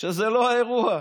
שזה לא האירוע.